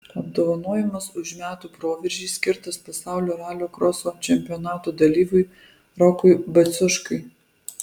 apdovanojimas už metų proveržį skirtas pasaulio ralio kroso čempionato dalyviui rokui baciuškai